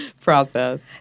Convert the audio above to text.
process